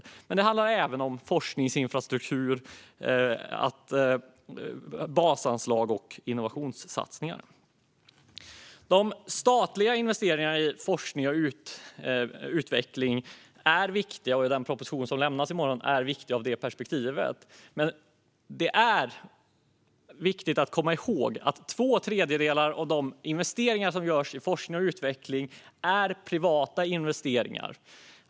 Men det handlar även om forskningsinfrastruktur, basanslag och innovationssatsningar. De statliga investeringarna i forskning och utveckling är viktiga i den forskningsproposition som lämnas i veckan. Men det är också viktigt att komma ihåg att två tredjedelar av de investeringar som görs i forskning och utveckling är privata investeringar.